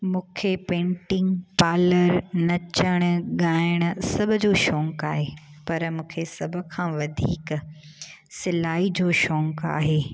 मूंखे पेंटिग पालर नचणु ॻाइणु सभ जो शौक़ु आहे पर मूंखे सभु खां वधीक सिलाई जो शौक़ु आहे